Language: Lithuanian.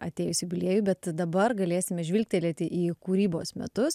atėjus jubiliejui bet dabar galėsime žvilgtelėti į kūrybos metus